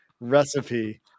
recipe